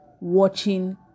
watching